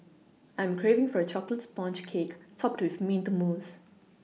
I am craving for a chocolate sponge cake topped with mint mousse